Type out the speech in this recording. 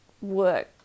work